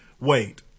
wait